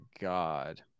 God